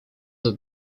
the